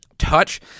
touch